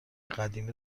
قدیمی